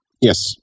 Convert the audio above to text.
yes